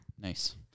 Nice